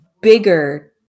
bigger